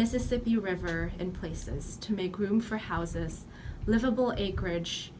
mississippi river and places to make room for houses livable acreage